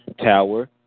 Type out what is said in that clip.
Tower